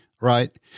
right